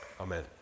amen